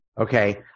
Okay